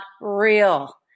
real